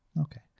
Okay